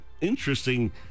interesting